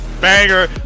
banger